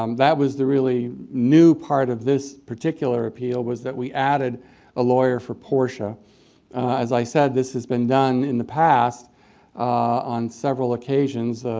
um that was the really new part of this particular appeal was that we added a lawyer for portia as i said, this has been done in the past on several occasions.